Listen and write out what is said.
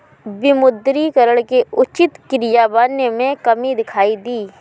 विमुद्रीकरण के उचित क्रियान्वयन में कमी दिखाई दी